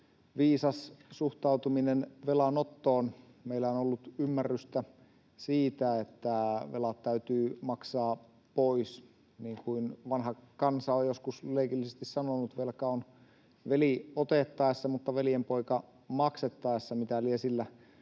viisas suhtautuminen velanottoon. Meillä on ollut ymmärrystä siitä, että velat täytyy maksaa pois. Niin kuin vanha kansa on joskus leikillisesti sanonut, velka on veli otettaessa mutta veljenpoika maksettaessa. Mitä lie sillä